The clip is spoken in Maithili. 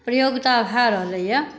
प्रयोगता भए रहलै यऽ